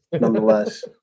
nonetheless